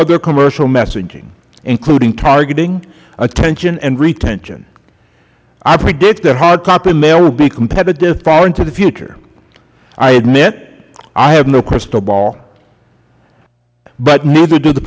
other commercial messaging including targeting attention and retention i predict that hard copy mail will be competitive far into the future i admit i have no crystal ball but neither does the